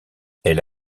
elle